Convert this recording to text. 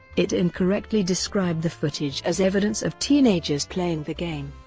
it incorrectly described the footage as evidence of teenagers playing the game.